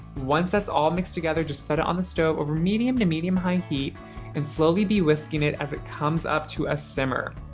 once that's all mixed together, just set it on the stove over medium to medium-high heat and slowly be whisking it as it comes up to a simmer.